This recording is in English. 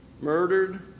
murdered